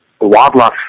wildlife